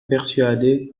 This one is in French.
persuader